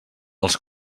els